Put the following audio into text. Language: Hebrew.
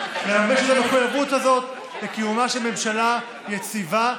לממש את המחויבות הזאת לקיומה של ממשלה יציבה,